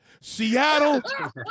Seattle